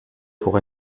pour